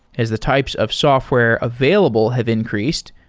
as the types of software available have increased,